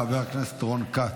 חבר הכנסת רון כץ,